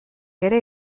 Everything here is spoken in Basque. ere